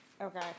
Okay